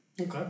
Okay